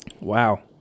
wow